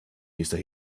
dieser